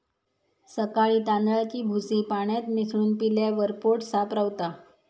सकाळी तांदळाची भूसी पाण्यात मिसळून पिल्यावर पोट साफ रवता